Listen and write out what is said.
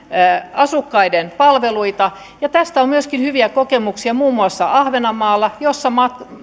asukkaiden palveluita ja tästä on myöskin hyviä kokemuksia muun muassa ahvenanmaalla jossa